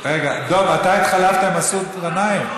אתה התחלפת עם מסעוד גנאים?